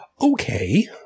Okay